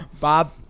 Bob